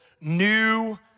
new